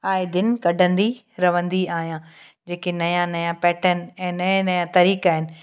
आए दिन कढंदी रहंदी आहियां जेके नवां नवां पैटर्न आहिनि नवां नवां तरीक़ा आहिनि